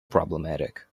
problematic